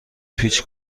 پیچ